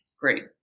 great